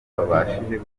babashije